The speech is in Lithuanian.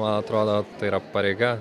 man atrodo tai yra pareiga